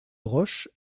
roche